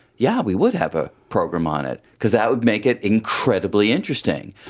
yeah we would have a program on it because that would make it incredibly interesting.